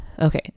okay